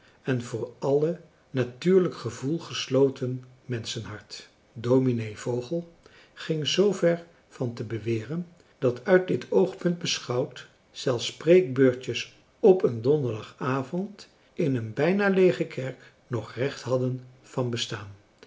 en voor alle natuurlijk françois haverschmidt familie en kennissen gevoel gesloten menschenhart dominee vogel ging zver van te beweren dat uit dit oogpunt beschouwd zelfs preek beurtjes op een donderdagavond in een bijna leege kerk nog recht hadden van bestaan